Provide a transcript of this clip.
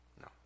No